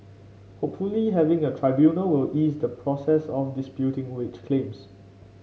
hopefully having a tribunal will ease the process of disputing wage claims